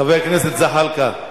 חבר הכנסת זחאלקה.